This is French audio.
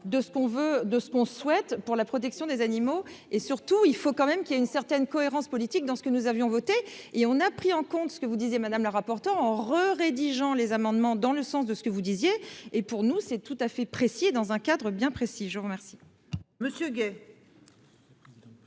de ce qu'on souhaite pour la protection des animaux et surtout il faut quand même qu'il a une certaine cohérence politique dans ce que nous avions voté et on a pris en compte ce que vous disiez madame la rapporteure en re rédigeant les amendements dans le sens de ce que vous disiez. Et pour nous c'est tout à fait précis et dans un cadre bien précis. Je remercie.